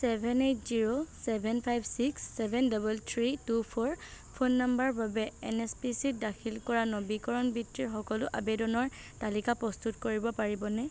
seven eight zero seven five six seven double three two four phone নম্বৰৰ বাবে N S P চিত দাখিল কৰা নবীকৰণ বৃত্তিৰ সকলো আবেদনৰ তালিকা প্ৰস্তুত কৰিব পাৰিবনে